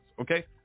Okay